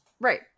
Right